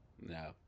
No